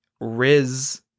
Riz